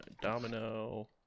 Domino